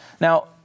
Now